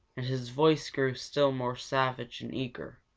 and his voice grew still more savage and eager.